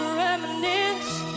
reminisce